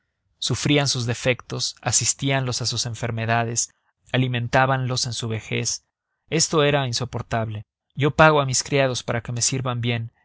sufrían sus defectos asistíanlos en sus enfermedades alimentábanlos en su vejez esto era insoportable yo pago a mis criados para que me sirvan bien